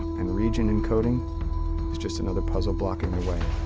and region encoding just another puzzle blocking the way.